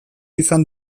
izan